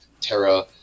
terra